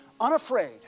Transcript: unafraid